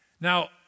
Now